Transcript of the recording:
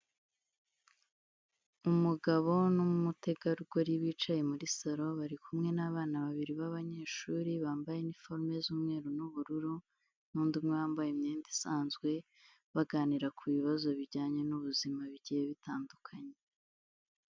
Umugabo n'umutegarugori bicaye muri saro, bari kumwe n'abana babiri b'abanyeshuri bambaye iniforume z'umweru n'ubururu n'undi umwe wambaye imyenda isanzwe, baganira ku bibazo bijyanye n'ubuzima bigiye bitandukanye.